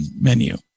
menu